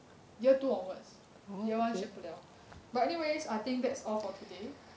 year two onwards year one 选不了 but anyways I think that's all for today